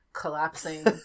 collapsing